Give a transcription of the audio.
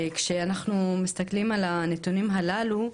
כשאנחנו מסתכלים על הנתונים הללו,